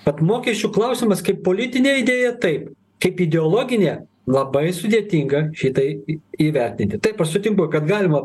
tad mokesčių klausimas kaip politinė idėja taip kaip ideologinė labai sudėtinga šitai įvertinti taip aš sutinku kad galima